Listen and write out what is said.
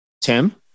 tim